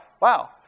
wow